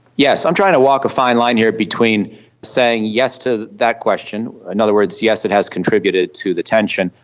yes. i'm trying to walk a fine line here between saying yes to that question, in and other words yes, it has contributed to the tension,